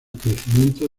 crecimiento